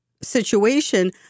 situation